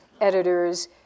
editors